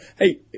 hey